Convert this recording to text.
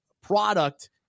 product